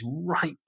right